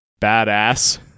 badass